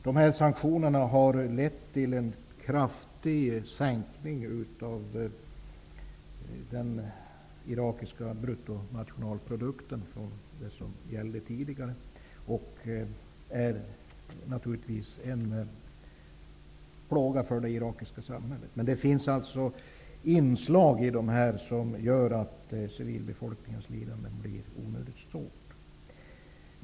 Dessa sanktioner har lett till en kraftig sänkning av den irakiska bruttonationalprodukten och är naturligtvis en plåga för det irakiska samhället. Men det finns inslag i dessa sanktioner som gör att civilbefolkningens lidanden blir onödigt stora.